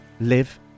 live